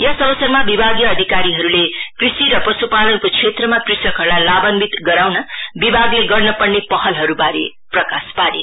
यस अवसरमा विभागीय अधिकारीहरूले कृषि र पश्पालनको क्षेत्रमा कृषकहरूलाई लाभान्वित गराउन विभागले गर्न्पर्ने पहलहरूबारे प्रकाश पारे